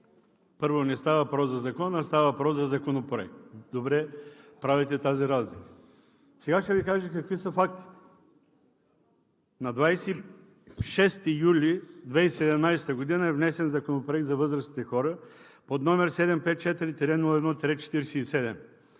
Първо, не става въпрос за Закон, а става въпрос за Законопроект. Добре правите тази разлика. Сега ще Ви кажа какви са фактите. На 26 юли 2017 г. е внесен Законопроект за възрастните хора под № 754-01-47,